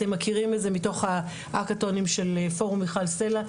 אתם מכירים את זה מתוך הפרסומים של פורום מיכל סלה.